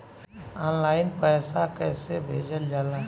Online पैसा कैसे भेजल जाला?